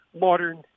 modern